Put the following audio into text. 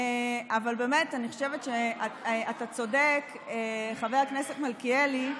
אבל באמת אני חושבת שאתה צודק, חבר הכנסת מלכיאלי,